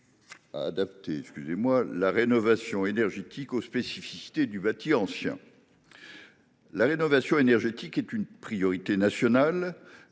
de la rénovation énergétique aux spécificités du bâti ancien. La rénovation énergétique est une priorité nationale.